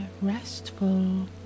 restful